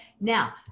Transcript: Now